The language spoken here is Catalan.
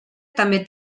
també